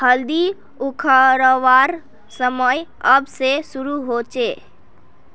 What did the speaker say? हल्दी उखरवार समय कब से शुरू होचए?